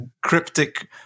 cryptic